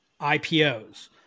IPOs